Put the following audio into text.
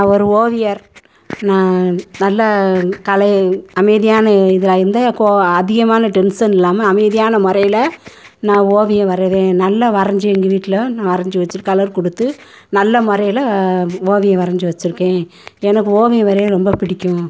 நான் ஒரு ஓவியர் நான் நல்ல கலை அமைதியான இதாக இருந்து கோ அதிகமான டென்சன் இல்லாமல் அமைதியான முறையில் நான் ஓவியம் வரைவேன் நல்லா வரைஞ்சு எங்கள் வீட்டில் நான் வரைஞ்சு வச்சு கலர் கொடுத்து நல்ல முறையில் ஓவியம் வரைஞ்சு வச்சுருக்கேன் எனக்கு ஓவியம் வரைய ரொம்ப பிடிக்கும்